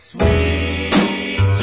Sweet